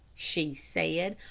she said,